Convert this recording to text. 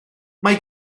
mae